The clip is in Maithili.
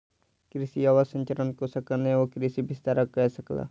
कृषि अवसंरचना कोषक कारणेँ ओ कृषि विस्तार कअ सकला